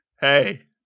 hey